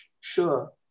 sure